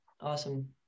Awesome